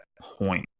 point